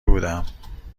بودم